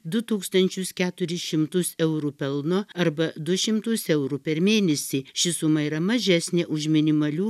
du tūkstančius keturis šimtus eurų pelno arba du šimtus eurų per mėnesį ši suma yra mažesnė už minimalių